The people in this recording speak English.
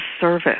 service